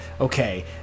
okay